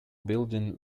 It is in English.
building